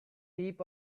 heap